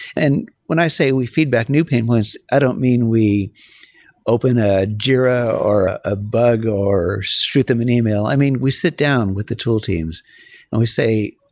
and when i say we feedback new pain points, i don't mean we open a jira or ah a bug or shoot them an email. i mean, we sit down with the tool teams and we say,